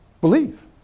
Believe